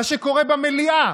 מה שקורה במליאה,